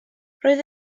roedd